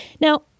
Now